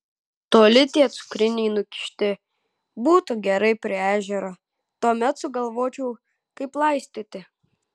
toli tie cukriniai nukišti būtų gerai prie ežero tuomet sugalvočiau kaip laistyti